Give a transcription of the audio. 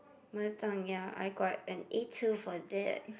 mother tongue ya I got an A two for that